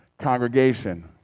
Congregation